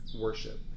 worship